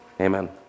Amen